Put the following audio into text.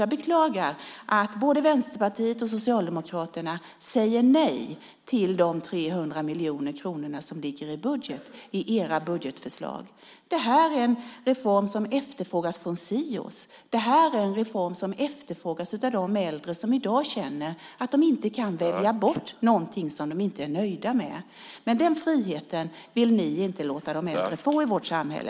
Jag beklagar att både Vänsterpartiet och Socialdemokraterna i sina budgetförslag säger nej till de 300 miljoner kronorna som ligger i budgeten. Det här är en reform som efterfrågas av Sios. Det här är en reform som efterfrågas av de äldre som i dag känner att de inte kan välja bort något som de inte är nöjda med. Den friheten vill ni inte låta de äldre få i vårt samhälle.